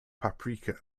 paprika